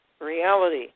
reality